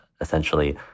essentially